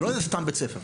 זה לא איזה סתם בית ספר.